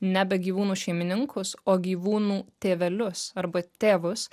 nebe gyvūnų šeimininkus o gyvūnų tėvelius arba tėvus